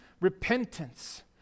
repentance